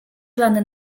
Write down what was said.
plany